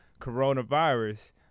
coronavirus